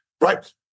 right